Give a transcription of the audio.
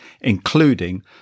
including